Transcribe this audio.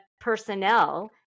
personnel